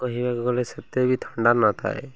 କହିବାକୁ ଗଲେ ସେତେ ବି ଥଣ୍ଡା ନଥାଏ